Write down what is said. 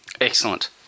Excellent